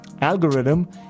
algorithm